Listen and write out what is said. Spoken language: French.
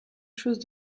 chose